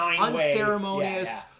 unceremonious